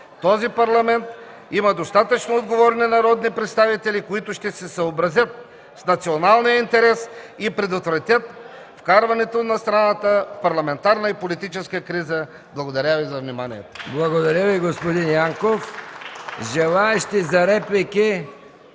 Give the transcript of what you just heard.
този Парламент има достатъчно отговорни народни представители, които ще се съобразят с националния интерес и ще предотвратят вкарването на страната в парламентарна и политическа криза. Благодаря Ви за вниманието.